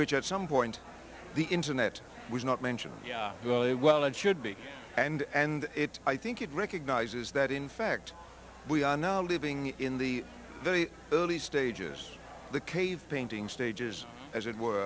which at some point the internet was not mentioned yeah well it should be and and it i think it recognizes that in fact we are now living in the very early stages the cave painting stages as it were